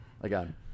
again